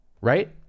right